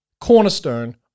cornerstone